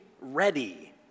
ready